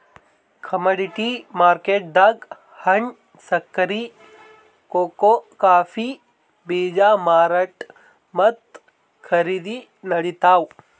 commodity ಮಾರ್ಕೆಟ್ದಾಗ್ ಹಣ್ಣ್, ಸಕ್ಕರಿ, ಕೋಕೋ ಕಾಫೀ ಬೀಜ ಮಾರಾಟ್ ಮತ್ತ್ ಖರೀದಿ ನಡಿತಾವ್